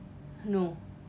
no